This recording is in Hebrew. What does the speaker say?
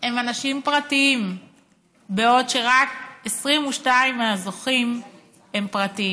הם אנשים פרטיים בעוד רק 22% מהזוכים הם פרטיים.